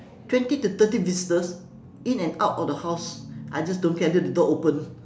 twenty to thirty visitors in and out of the house I just don't care I leave the door open